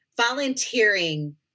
volunteering